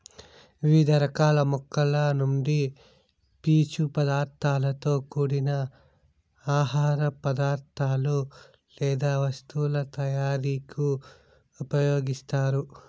వివిధ రకాల మొక్కల నుండి పీచు పదార్థాలతో కూడిన ఆహార పదార్థాలు లేదా వస్తువుల తయారీకు ఉపయోగిస్తారు